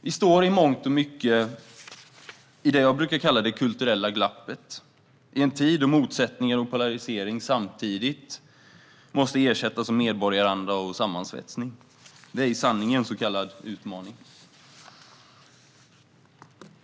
Vi står i mångt och mycket i något som jag brukar kalla det kulturella glappet, i en tid då motsättningar och polarisering samtidigt måste ersättas av medborgaranda och sammansvetsning. Detta är i sanning en så kallad utmaning.